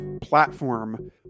platform